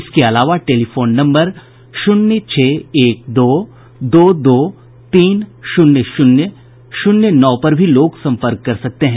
इसके अलावा telephone number शून्य छह एक दो दो दो तीन शून्य शून्य नौ पर भी लोग संपर्क कर सकते हैं